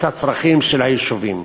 את הצרכים של היישובים.